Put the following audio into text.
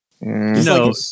no